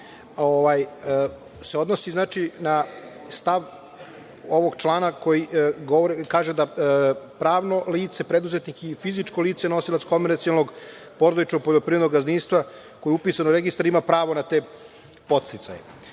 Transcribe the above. na stav ovog člana koji kaže da pravno lice, preduzetnik i fizičko lice nosilac komercijalnog porodično poljoprivrednog gazdinstva, koje je upisano u registar, ima pravo na te podsticaje.